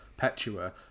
Petua